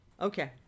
okay